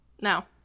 No